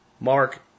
Mark